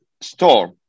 store